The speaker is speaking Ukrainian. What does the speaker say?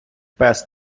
пес